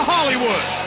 Hollywood